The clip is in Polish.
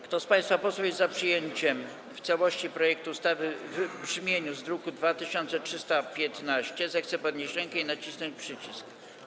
Kto z państwa posłów jest za przyjęciem w całości projektu ustawy w brzmieniu z druku nr 2315, zechce podnieść rękę i nacisnąć przycisk.